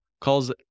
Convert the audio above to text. calls